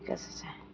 ঠিক আছে ছাৰ